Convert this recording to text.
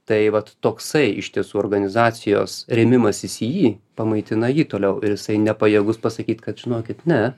tai vat toksai iš tiesų organizacijos rėmimasis į jį pamaitina jį toliau ir jisai nepajėgus pasakyti kad žinokit ne